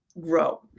grow